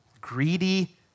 greedy